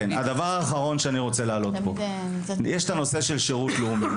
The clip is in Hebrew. הדבר האחרון שאני רוצה להעלות: יש את הנושא של שירות לאומי.